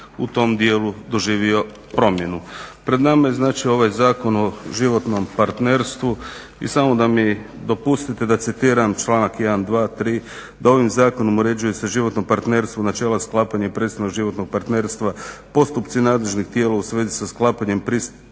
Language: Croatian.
u tom dijelu doživio promjenu. Pred nama je znači ovaj Zakon o životnom partnerstvu i samo da mi dopustite da citiram članak 1, 2., 3. da ovim Zakonom uređuje se životno partnerstvo, načela sklapanja i prestanak životnog partnerstva, postupci nadležnih tijela u svezi sa sklapanjem, prestankom